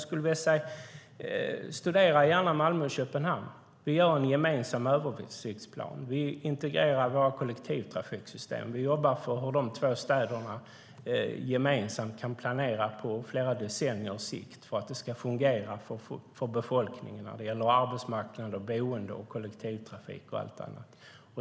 Studera gärna Malmö-Köpenhamn! Vi har en gemensam översiktsplan. Vi integrerar våra kollektivtrafiksystem. Vi jobbar så att de två städerna gemensamt kan planera på flera decenniers sikt för att det ska fungera för befolkningen när det gäller arbetsmarknad, boende, kollektivtrafik och allt annat.